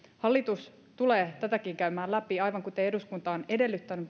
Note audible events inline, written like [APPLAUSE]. hallitus tulee tätäkin käymään läpi aivan kuten eduskunta on edellyttänyt [UNINTELLIGIBLE]